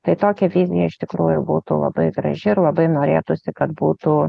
tai tokia vizija iš tikrųjų būtų labai graži ir labai norėtųsi kad būtų